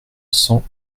cent